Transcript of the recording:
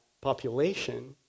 population